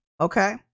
okay